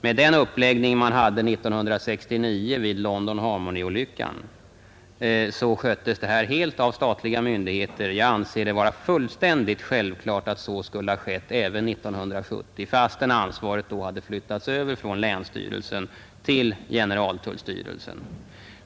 Vid London Harmony-olyckan 1969 handlades förskotteringen helt av statliga myndigheter. Jag anser det vara fullständigt självklart att så skulle ha skett även 1970, fastän ansvaret då hade flyttats över från länsstyrelsen till generaltullstyrelsen.